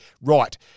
right